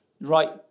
right